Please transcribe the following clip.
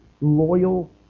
loyal